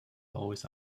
always